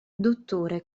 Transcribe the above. dottore